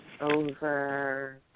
over